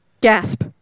Gasp